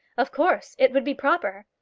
of course it would be proper.